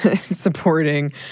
supporting